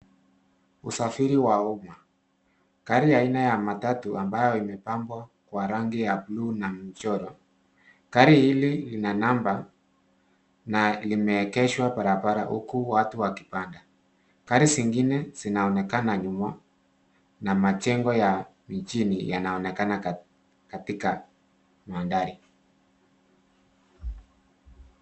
Usafiri wa uma. Gari aina ya matatu ambayo imepakwa kwa rangi ya buluu na michoro. Gari hili lina namba na limeekeshwa barabara huku watu wakipanda. Gari zingine zinaonekana nyuma na majengo ya mijini, yanaonekana katika mandhari